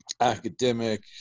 academic